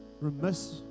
remiss